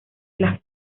las